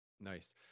Nice